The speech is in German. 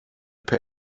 per